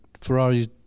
Ferraris